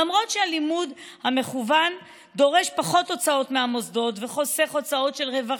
למרות שהלימוד המקוון דורש פחות הוצאות מהמוסדות וחוסך הוצאות של רווחה,